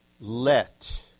Let